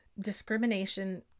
discrimination